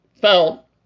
felt